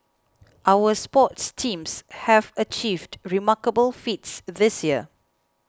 our sports teams have achieved remarkable feats this year